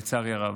לצערי הרב.